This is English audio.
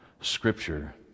Scripture